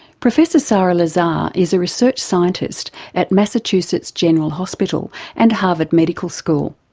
professor sara lazar is a research scientist at massachusetts general hospital and harvard medical school.